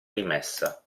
rimessa